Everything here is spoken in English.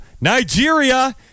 nigeria